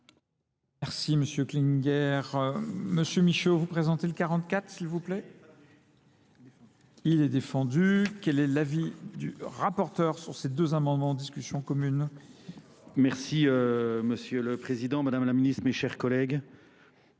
Merci Monsieur Klinger. Monsieur Michaud, vous présentez le 44 s'il vous plaît. Il est défendu. Quel est l'avis du rapporteur sur ces deux amendements en discussion commune ? Merci Monsieur le Président, Madame la Ministre, mes chers collègues.